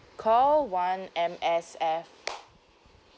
call one M_S_F